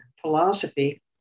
philosophy